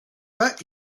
but